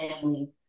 family